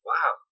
Wow